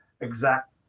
exact